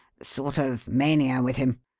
sort of mania with him.